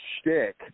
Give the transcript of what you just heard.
shtick